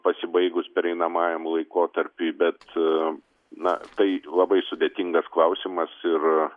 pasibaigus pereinamajam laikotarpiui bet na tai labai sudėtingas klausimas ir